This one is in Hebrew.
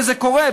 וזה קורה,